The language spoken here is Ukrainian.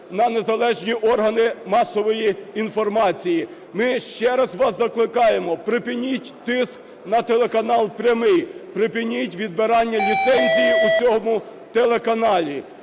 на незалежні органи масової інформації. Ми ще раз вас закликаємо – припиніть тиск на телеканал "Прямий". Припиніть відбирання ліцензії у цього телеканалу.